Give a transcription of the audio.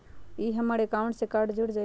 ई हमर अकाउंट से कार्ड जुर जाई?